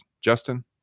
Justin